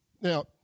Now